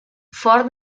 ford